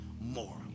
more